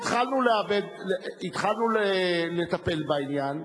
התחלנו לטפל בעניין.